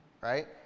right